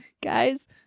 Guys